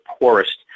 poorest